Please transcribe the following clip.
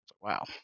Wow